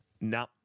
No